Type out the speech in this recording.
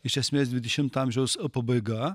iš esmės dvidešimto amžiaus pabaiga